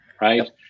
right